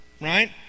right